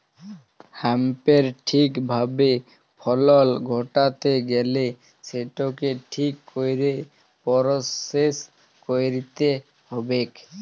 হ্যাঁম্পের ঠিক ভাবে ফলল ঘটাত্যে গ্যালে সেটকে ঠিক কইরে পরসেস কইরতে হ্যবেক